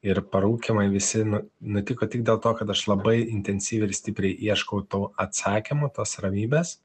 ir parūkymai visi nu nutiko tik dėl to kad aš labai intensyviai ir stipriai ieškau tau atsakymų tos ramybės